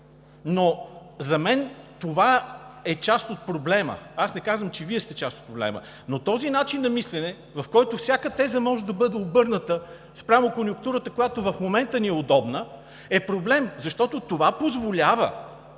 но за мен това е част от проблема. Аз не казвам, че Вие сте част от проблема, но този начин на мислене, в който всяка теза може да бъде обърната спрямо конюнктурата, която в момента ни е удобна, е проблем, защото това позволява,